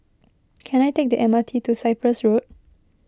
can I take the M R T to Cyprus Road